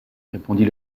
répondit